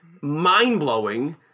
mind-blowing